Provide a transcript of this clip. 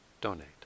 donate